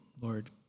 Lord